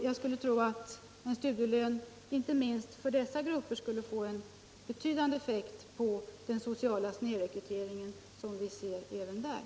Jag skulle tro att en studielön inte minst för dessa grupper skulle få en betydande effekt på den sociala snedrekrytering som vi ser även där.